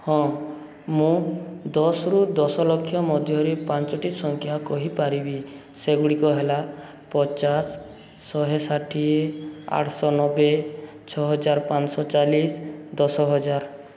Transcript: ହଁ ମୁଁ ଦଶରୁ ଦଶଲକ୍ଷ ମଧ୍ୟରେ ପାଞ୍ଚଟି ସଂଖ୍ୟା କହିପାରିବି ସେଗୁଡ଼ିକ ହେଲା ପଚାଶ ଶହେ ଷାଠିଏ ଆଠଶହ ନବେ ଛଅହଜାର ପାଞ୍ଚଶହ ଚାଳିଶି ଦଶହଜାର